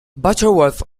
butterworth